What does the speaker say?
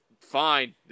Fine